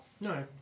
No